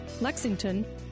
Lexington